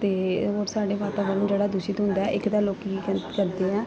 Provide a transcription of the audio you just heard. ਅਤੇ ਹੋਰ ਸਾਡੇ ਵਾਤਾਵਰਣ ਜਿਹੜਾ ਦੂਸ਼ਿਤ ਹੁੰਦਾ ਹੈ ਇੱਕ ਤਾਂ ਲੋਕ ਕਰਦੇ ਆ